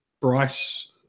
Bryce